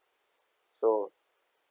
so